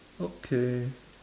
okay